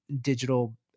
digital